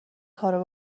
کارو